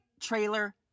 trailer